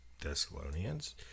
Thessalonians